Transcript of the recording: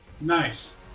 nice